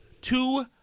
Two